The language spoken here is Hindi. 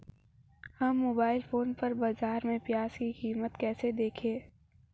हम मोबाइल फोन पर बाज़ार में प्याज़ की कीमत कैसे देखें?